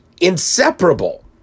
inseparable